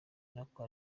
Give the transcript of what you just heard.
nako